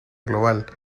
global